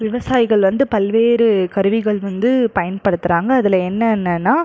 விவசாயிகள் வந்து பல்வேறு கருவிகள் வந்து பயன்படுத்துகிறாங்க அதில் என்னன்னன்னால்